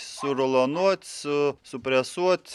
surolonuot su supresuot